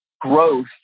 growth